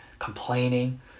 Complaining